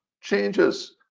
changes